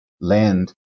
land